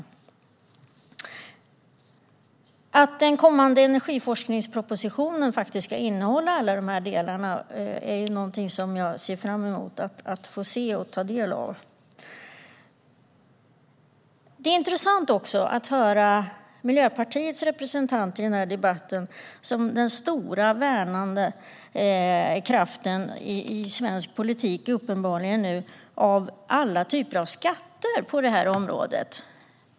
Jag ser fram emot att få ta del av den kommande energiforskningspropositionen, som ska innehålla alla dessa delar. Det är också intressant att höra Miljöpartiets representant i denna debatt tala om partiet som den stora värnande kraften i svensk politik för alla typer av skatter på detta område.